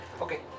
Okay